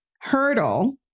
hurdle